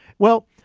well,